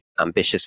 ambitious